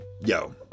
yo